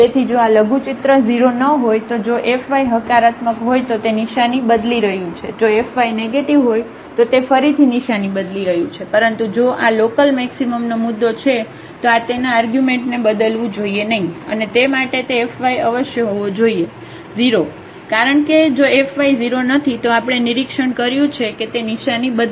તેથી જો આ લઘુચિત્ર 0 ન હોય તો જો fy હકારાત્મક હોય તો તે નિશાની બદલી રહ્યું છે જો fy નેગેટીવ હોય તો તે ફરીથી નિશાની બદલી રહ્યું છે પરંતુ જો આ લોકલમેક્સિમમનો મુદ્દો છે તો આ તેના આર્ગ્યુમેન્ટને બદલવું જોઈએ નહીં અને તે માટે તે fy અવશ્ય હોવો જોઈએ 0 કારણ કે જો fy0 નથી તો આપણે નિરીક્ષણ કર્યું છે કે તે નિશાની બદલી રહ્યું છે